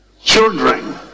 children